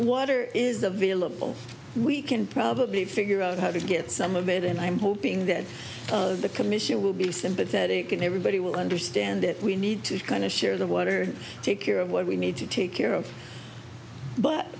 water is available we can probably figure out how to get some of it and i'm hoping that the commission will be sympathetic and everybody will understand that we need to kind of share the water take care of what we need to take care of but